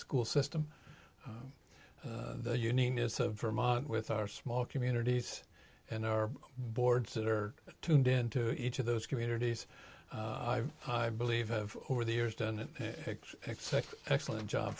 school system the uniqueness of vermont with our small communities and our boards that are tuned into each of those communities i believe of over the years done it excellent job